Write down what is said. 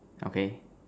okay